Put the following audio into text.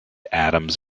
adams